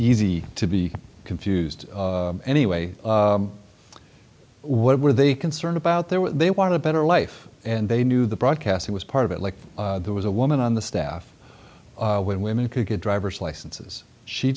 easy to be confused anyway what were they concerned about there were they want a better life and they knew the broadcasting was part of it like there was a woman on the staff when women could get driver's licenses she